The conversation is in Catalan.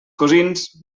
cosins